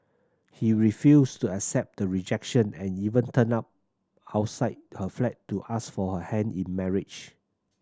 he refused to accept the rejection and even turned up outside her flat to ask for her hand in marriage